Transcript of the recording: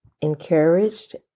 encouraged